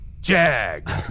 JAG